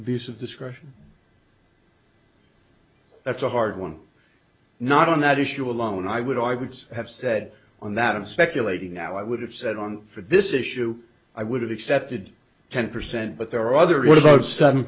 of discretion that's a hard one not on that issue alone i would i would have said on that of speculating now i would have said on for this issue i would have accepted ten percent but there are other what about seven